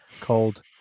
called